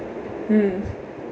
mm